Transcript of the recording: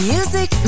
Music